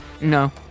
No